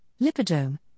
lipidome